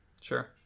Sure